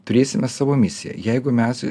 turėsime savo misiją jeigu mes